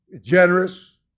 generous